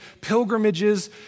pilgrimages